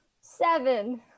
Seven